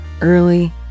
early